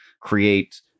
create